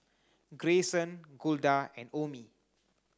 Grayson Golda and Omie